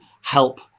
help